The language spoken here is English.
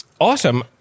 Awesome